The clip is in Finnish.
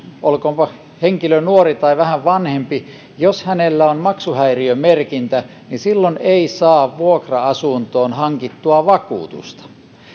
olkoonpa henkilö nuori tai vähän vanhempi jos hänellä on maksuhäiriömerkintä niin silloin ei saa vuokra asuntoon hankittua vakuutusta